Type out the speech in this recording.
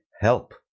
help